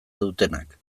dutenak